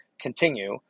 continue